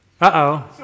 Uh-oh